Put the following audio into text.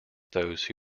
those